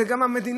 זה גם המדינה.